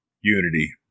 unity